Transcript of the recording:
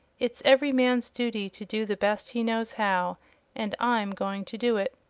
it's every man's duty to do the best he knows how and i'm going to do it.